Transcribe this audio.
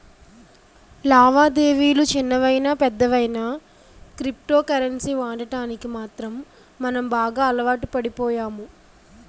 లావాదేవిలు చిన్నవయినా పెద్దవయినా క్రిప్టో కరెన్సీ వాడకానికి మాత్రం మనం బాగా అలవాటుపడిపోయాము